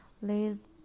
please